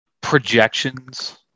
projections